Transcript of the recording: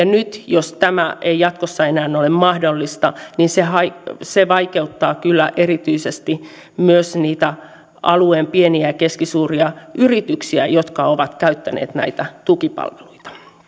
nyt jos tämä ei jatkossa enää ole mahdollista niin se vaikeuttaa kyllä erityisesti myös niitä alueen pieniä ja keskisuuria yrityksiä jotka ovat käyttäneet näitä tukipalveluita